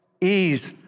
ease